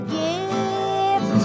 give